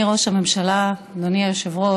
אדוני ראש הממשלה, אדוני היושב-ראש,